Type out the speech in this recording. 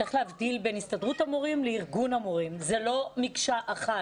צריך להבדיל בין הסתדרות המורים לארגון המורים - זה לא מקשה אחת.